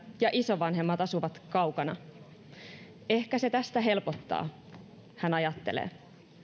ja isovanhemmat asuvat kaukana ehkä se tästä helpottaa hän ajattelee